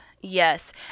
Yes